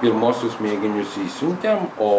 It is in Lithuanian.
pirmuosius mėginius išsiuntėm o